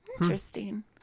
Interesting